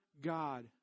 God